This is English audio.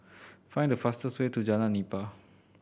find the fastest way to Jalan Nipah